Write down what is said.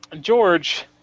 George